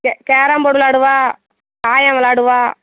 carrom board விளாடுவாள் தாயம் விளாடுவாள்